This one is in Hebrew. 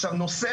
עכשיו נושא